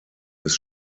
ist